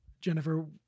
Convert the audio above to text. jennifer